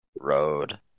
road